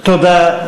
תודה.